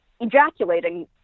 ejaculating